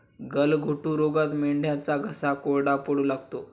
गलघोटू रोगात मेंढ्यांचा घसा कोरडा पडू लागतो